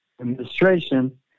administration